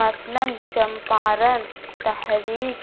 مثلاً چمپارن تحریک